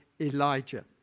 Elijah